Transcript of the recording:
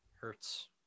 hurts